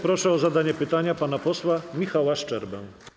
Proszę o zadanie pytania pana posła Michała Szczerbę.